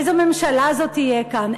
איזו ממשלה זו שתהיה כאן?